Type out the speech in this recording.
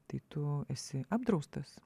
tai tu esi apdraustas